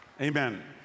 amen